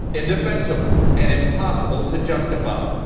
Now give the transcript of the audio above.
indefensible and impossible to justify.